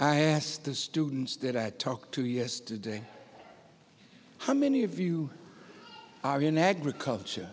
i asked the students that i talked to yesterday how many of you are in agricultur